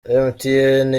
emutiyene